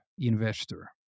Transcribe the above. Investor